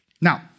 Now